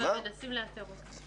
לא, מנסים לאתר אותם.